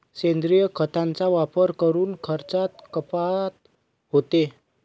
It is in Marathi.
सेंद्रिय खतांचा वापर करून खर्चात कपात होते